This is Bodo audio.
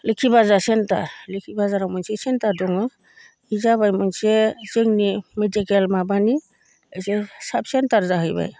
लोखि बाजार सेन्टार लोखि बाजाराव मोनसे सेन्टार दङो इ जाबाय मोनसे जोंनि मिडिकेल माबानि जे साब सेन्टार जाहैबाय